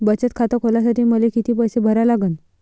बचत खात खोलासाठी मले किती पैसे भरा लागन?